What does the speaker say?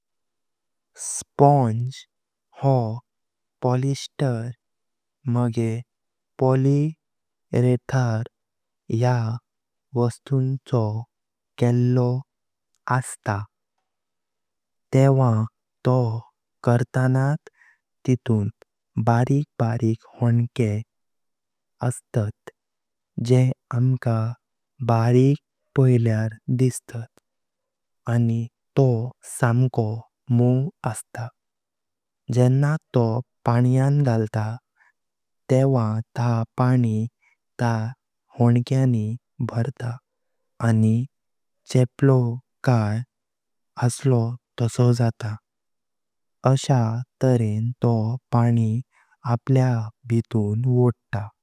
स्पॉन्ज हो पॉलिस्टर मगे पॉलियूरेथर ह्या वस्तुंचो केल्लो असता। तेवा तो कर्तनात तीतून बारक बारिक होंके अस्तात जे अमका बारिक पायल्यार दिसतात आनी समको मोव असता। जेंव्हा तो पाण्यान घालतो तेवा ता पानी त्या होंक्यानी भरता आनी तो चपलो काई असलो तासो जात, असा तरेन तो पानी अपल्या भीतून वोडता।